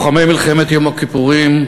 לוחמי מלחמת יום הכיפורים,